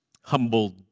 humbled